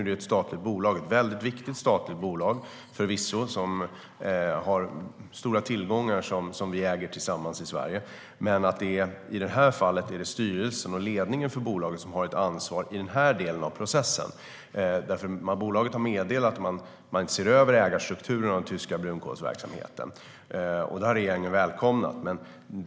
Det handlar om ett viktigt statligt bolag som har stora tillgångar som vi i Sverige förvisso äger tillsammans, men i detta fall är det styrelsen och ledningen för bolaget som har ett ansvar i denna del av processen. Bolaget har meddelat att man ser över ägarstrukturen av den tyska brunkolsverksamheten, vilket regeringen har välkomnat.